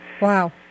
Wow